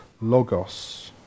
Logos